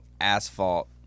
asphalt